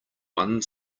one